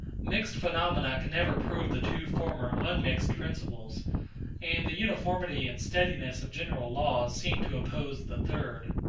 mixed phenomena can never prove the two former unmixed principles and the uniformity and steadiness of general laws seem to oppose the third.